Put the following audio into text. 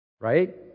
Right